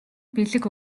бэлэг